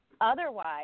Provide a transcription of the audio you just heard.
Otherwise